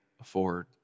afford